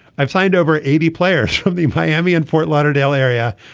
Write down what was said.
i've signed over eighty players from the miami and fort lauderdale area.